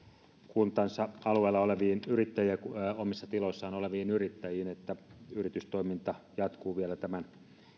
kuntansa alueella oleviin yrittäjiin ja kunnan omissa tiloissa oleviin yrittäjiin että yritystoiminta jatkuu vielä tämän